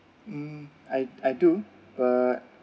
mm I I do but